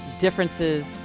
differences